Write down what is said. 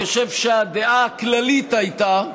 אני חושב שהדעה הכללית הייתה,